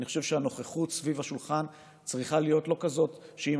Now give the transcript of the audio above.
אני חושב שהנוכחות סביב השולחן צריכה להיות לא כזאת שאם